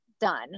done